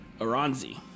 Aranzi